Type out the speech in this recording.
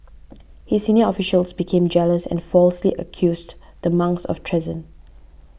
his senior officials became jealous and falsely accused the monks of treason